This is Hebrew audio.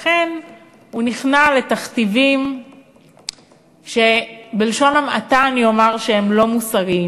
לכן הוא נכנע לתכתיבים שבלשון המעטה אני אומר שהם לא מוסריים.